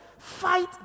fight